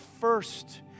first